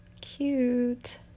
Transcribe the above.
Cute